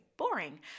Boring